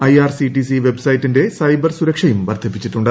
IRCTC വെബ്സൈറ്റിന്റെ cyber സുരക്ഷയും വർധിപ്പിച്ചിട്ടുണ്ട്